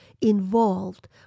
involved